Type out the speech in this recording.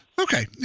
Okay